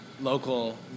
local